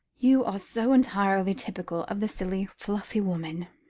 you are so entirely typical of the silly, fluffy woman,